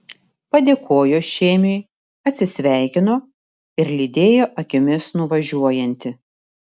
padėkojo šėmiui atsisveikino ir lydėjo akimis nuvažiuojantį